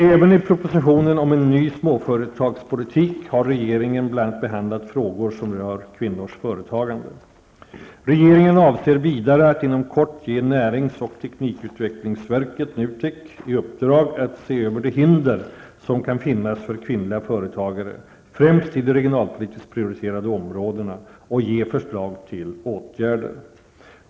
Även i propositionen om en ny småföretagspolitik har regeringen bl.a. behandlat frågor som rör kvinnors företagande. Regeringen avser vidare att inom kort ge näringsoch teknikutvecklingsverket i uppdrag att se över de hinder som kan finnas för kvinnliga företagare, främst i regionalpolitiskt prioriterade områden, och ge förslag till åtgärder.